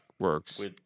works